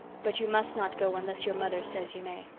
but you must not go unless your mother says you may.